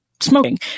smoking